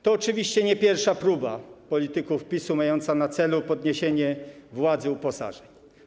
To oczywiście nie pierwsza próba polityków PiS-u mająca na celu podniesienie władzy uposażeń.